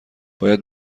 باید